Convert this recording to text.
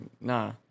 Nah